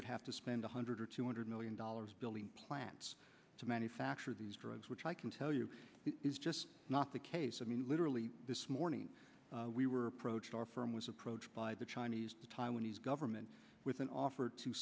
would have to spend one hundred or two hundred million dollars building plants to manufacture these drugs which i can tell you is just not the case i mean literally this morning we were approached our firm was approached by the chinese taiwanese government with an offer to